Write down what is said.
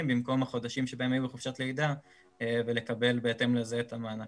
במקום החודשים שהן היו בחופשת הלידה ולקבל בהתאם לזה את המענק.